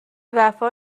وفا